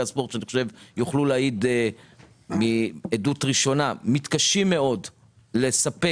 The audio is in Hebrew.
הספורט שאני חושב שיוכלו להעיד עדות ראשונה מתקשים מאוד לספק